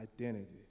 identity